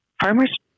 Farmers